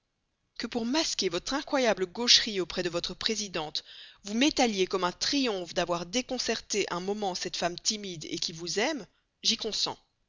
que pour masquer votre incroyable gaucherie auprès de votre présidente vous m'étaliez comme un triomphe d'avoir déconcerté un moment cette femme timide qui vous aime j'y consens